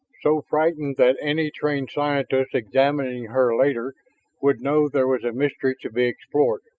so frightened that any trained scientist examining her later would know there was a mystery to be explored.